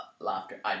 laughter